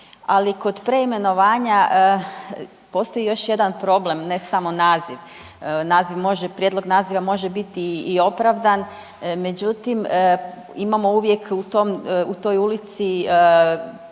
ali kod preimenovanja postoji još jedan problem, ne samo naziv. Naziv može, prijedlog naziva može biti i opravdan, međutim, imamo uvijek u tom, u